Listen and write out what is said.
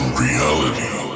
reality